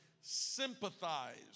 sympathize